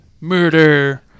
murder